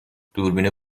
دوربین